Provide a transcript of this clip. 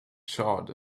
charred